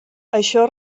això